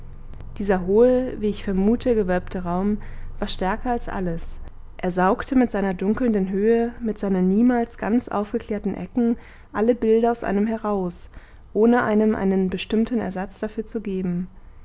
dieser hohe wie ich vermute gewölbte raum war stärker als alles er saugte mit seiner dunkelnden höhe mit seinen niemals ganz aufgeklärten ecken alle bilder aus einem heraus ohne einem einen bestimmten ersatz dafür zu geben